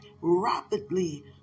rapidly